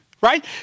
right